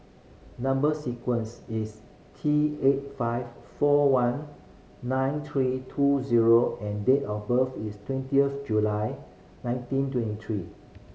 number sequence is T eight five four one nine three two zero and date of birth is twenty of July nineteen twenty three